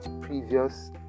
previous